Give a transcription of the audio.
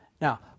Now